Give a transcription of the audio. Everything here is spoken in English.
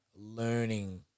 learning